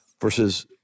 versus